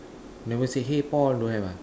never say hey Paul don't have ah